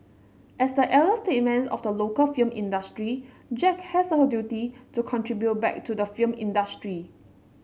as the elder statesman of the local film industry Jack has a duty to contribute back to the film industry